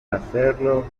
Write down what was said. hacerlo